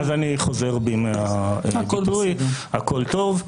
אז אני חוזר בי מהדברים, הכול טוב.